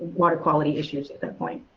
water quality issues at that point.